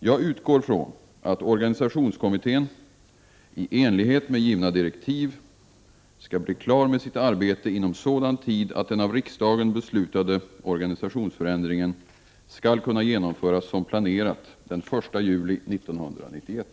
Jag utgår från att organisationskommittén, i enlighet med givna direktiv, skall bli klar med sitt arbete inom sådan tid att den av riksdagen beslutade organisationsförändringen skall kunna genomföras som planerat den 1 juli 1991.